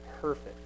perfect